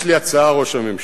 יש לי הצעה, ראש הממשלה,